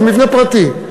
זה מבנה פרטי,